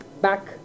back